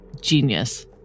Genius